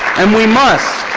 and we must,